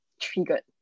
triggered